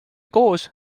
koos